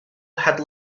had